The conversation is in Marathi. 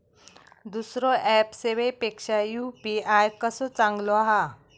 दुसरो ऍप सेवेपेक्षा यू.पी.आय कसो चांगलो हा?